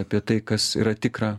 apie tai kas yra tikra